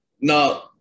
Now